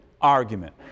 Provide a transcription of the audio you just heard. argument